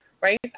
right